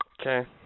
Okay